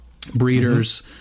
breeders